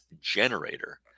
generator